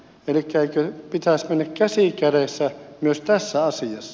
elikkä eikö pitäisi mennä käsi kädessä myös tässä asiassa